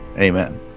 amen